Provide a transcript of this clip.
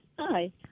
Hi